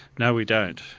no, we don't,